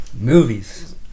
movies